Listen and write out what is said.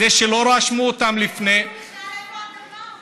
זה שלא רשמו אותן לפני, הוא ישאל איפה האדמה?